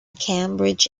cambridge